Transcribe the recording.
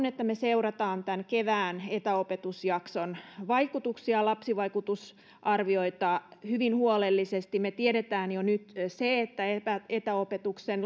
että me seuraamme tämän kevään etäopetusjakson vaikutuksia lapsivaikutusarvioita hyvin huolellisesti me tiedämme jo nyt sen että etäopetuksen